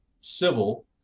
civil